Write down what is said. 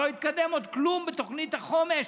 לא התקדם עוד כלום בתוכנית החומש